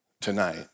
tonight